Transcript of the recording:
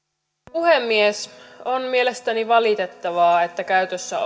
puhemies on mielestäni valitettavaa että käytössä